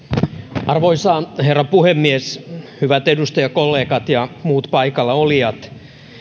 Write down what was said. arvoisa herra puhemies hyvät edustajakollegat ja muut paikalla olijat